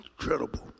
Incredible